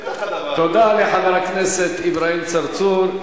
תודה לחבר הכנסת אברהים צרצור.